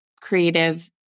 creative